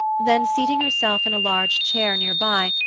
then seating herself in a large chair near by,